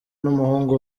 n’umuhungu